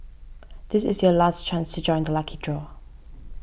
this is your last chance to join the lucky draw